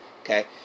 okay